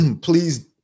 please